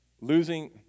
Losing